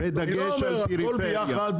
בדגש על פריפריה.